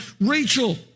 Rachel